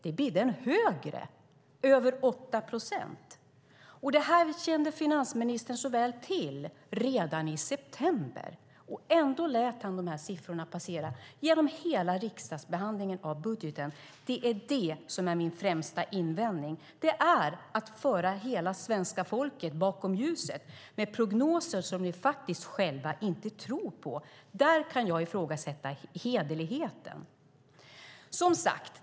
Det bidde en högre - över 8 procent. Det här kände finansministern till redan i september. Ändå lät han de här siffrorna passera genom hela riksdagsbehandlingen av budgeten. Det är det som är min främsta invändning. Det är att föra hela svenska folket bakom ljuset med prognoser som ni inte själva tror på. Där kan jag ifrågasätta hederligheten.